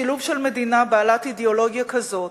השילוב של מדינה בעלת אידיאולוגיה כזאת,